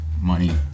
Money